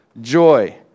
joy